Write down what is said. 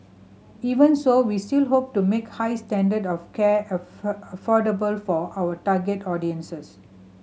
even so we still hope to make high standard of care affordable for our target audience